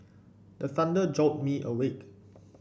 the thunder jolt me awake